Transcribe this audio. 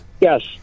Yes